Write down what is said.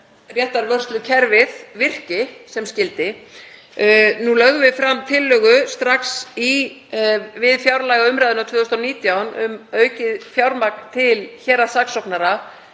réttarvörslukerfið virki sem skyldi. Nú lögðum við fram tillögu strax við fjárlagaumræðuna 2019 um aukið fjármagn til héraðssaksóknara